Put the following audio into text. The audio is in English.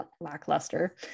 lackluster